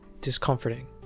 Discomforting